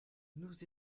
nous